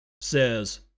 says